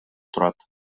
турат